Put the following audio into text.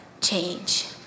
change